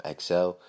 XL